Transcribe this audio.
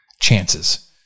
chances